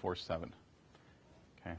four seventh's